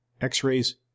x-rays